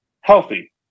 healthy